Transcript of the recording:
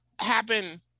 happen